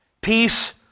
Peace